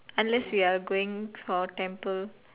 unless we are going for temple